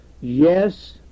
Yes